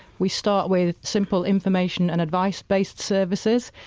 we start with simple information and advice-based services.